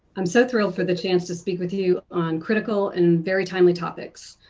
um so thrilled for the chance to speak with you on critical and very timely topics.